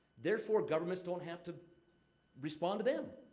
therefore, governments don't have to respond to them.